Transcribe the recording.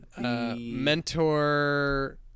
Mentor